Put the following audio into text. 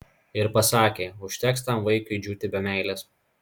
ir pasakė užteks tam vaikiui džiūti be meilės